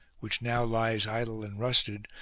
which now lies idle and rusted,